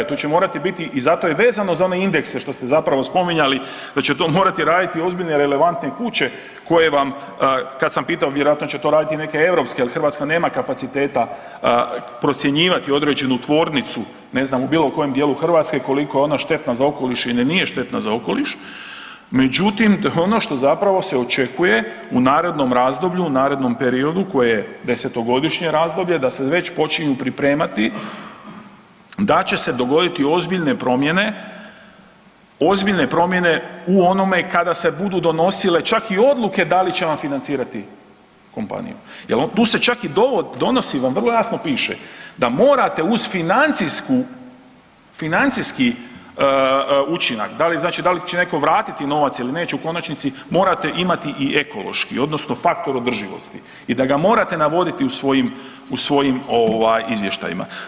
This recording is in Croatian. Tu će morati biti i zato je vezano za one indekse što ste zapravo spominjali, da će to morati raditi ozbiljne relevantne kuće koje vam kad sam pitao, vjerojatno će to raditi neke europske jer Hrvatska nema kapaciteta procjenjivati određenu tvornicu, ne znam, u bilo kojem dijelu Hrvatske koliko je ona štetna za okoliš ili nije štetna za okoliš, međutim, to je ono što zapravo se očekuje u narednom razdoblju u narednom periodu koji je desetogodišnje razdoblje da se već počinju pripremati da će se dogoditi ozbiljne promjene, ozbiljne promjene u onome kada se budu donosile čak i odluke da li će on financirati kompaniju jer tu se čak i donosi vam, vrlo jasno piše da morate uz financijsku, financijski učinak, da li znači da li će netko vratiti novac ili neće u konačnici morate imati i ekološki odnosno faktor održivosti i da ga morate navoditi u svojim, u svojim ovaj izvještajima.